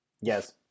Yes